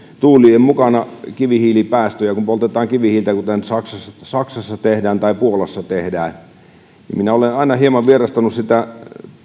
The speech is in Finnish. tuulien mukana kivihiilipäästöjä kun poltetaan kivihiiltä kuten saksassa saksassa tehdään tai puolassa tehdään minä olen aina hieman vierastanut sitä